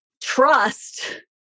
trust